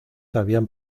habían